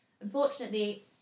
unfortunately